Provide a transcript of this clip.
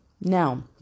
Now